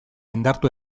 indartu